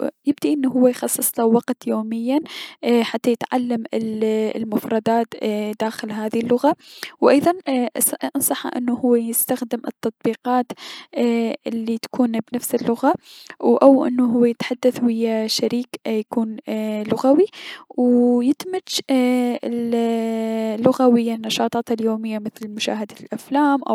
يبدي انو هو يخصصله وقت يوميا حتى يتعلم ايي- المفردات داخل هذي اللغة، و ايضا انصحه انو هو يستخدم التطبيقات ايي- الي كون بنفس اللغة، و انه هو يتحدث ويا شريك يكون اي- لغوي و يدمج ال اللغة ويا نشاطاته اليومية مثل مشاهد الأفلام و.